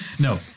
No